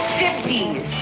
50s